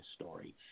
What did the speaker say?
story